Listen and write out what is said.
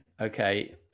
Okay